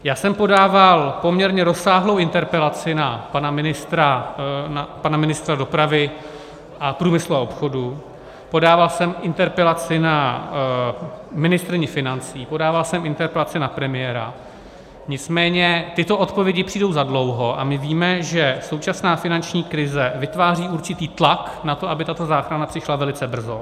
Já jsem podával poměrně rozsáhlou interpelaci na pana ministra dopravy a průmyslu a obchodu, podával jsem interpelaci na ministryni financí, podával jsem interpelaci na premiéra, nicméně tyto odpovědi přijdou za dlouho a my víme, že současná finanční krize vytváří určitý tlak na to, aby tato záchrana přišla velice brzo.